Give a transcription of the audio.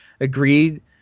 agreed